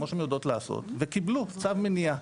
כמו שהן יודעות לעשות וקיבלו צו מניעה.